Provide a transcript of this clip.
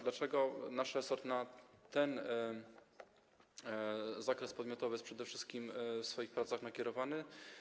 Dlaczego nasz resort na ten zakres podmiotowy jest przede wszystkim w swoich pracach nakierowany?